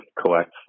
collect